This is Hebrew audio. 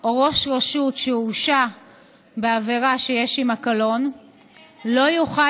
או ראש רשות שהורשע בעבירה שיש עמה קלון לא יוכל